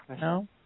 No